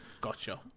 Gotcha